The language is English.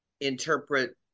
interpret